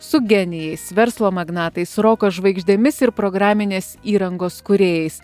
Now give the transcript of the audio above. su genijais verslo magnatais roko žvaigždėmis ir programinės įrangos kūrėjais